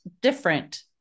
different